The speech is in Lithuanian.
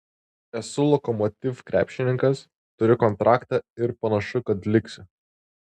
esu lokomotiv krepšininkas turiu kontraktą ir panašu kad liksiu